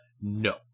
no